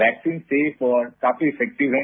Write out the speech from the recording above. vaccine safe और काफी effective है